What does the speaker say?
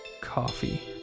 coffee